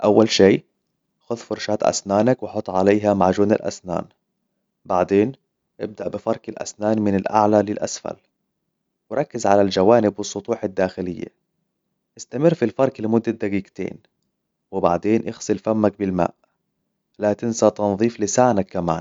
أول شيء، خذ فرشاة أسنانك وحط عليها معجون الأسنان. بعدين، ابدأ بفرك الأسنان من الأعلى للأسفل. وركز على الجوانب والسطوح الداخلية. إستمر في الفرك لمدة دقيقتين. وبعدين، إغسل فمك بالماء. لا تنسى تنظيف لسانك كمان.